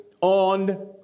On